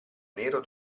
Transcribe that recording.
nero